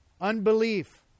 unbelief